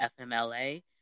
FMLA